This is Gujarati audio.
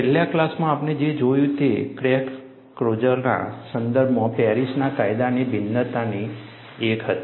છેલ્લા ક્લાસમાં આપણે જે જોયું તે ક્રેક ક્લોઝરના સંદર્ભમાં પેરિસના કાયદાની ભિન્નતામાંની એક હતી